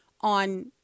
on